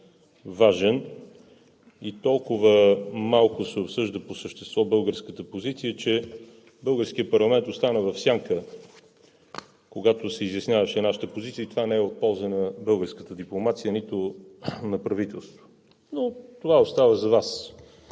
и толкова малко се обсъжда по същество българската позиция, че българският парламент остана в сянка, когато се изясняваше нашата позиция и това не е в полза на българската дипломация, нито на правителството. Но това остава за Вас.